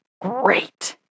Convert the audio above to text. great